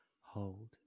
Hold